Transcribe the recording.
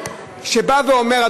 שבא ואומר,